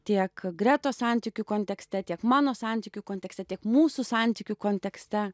tiek gretos santykių kontekste tiek mano santykių kontekste tiek mūsų santykių kontekste